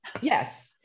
yes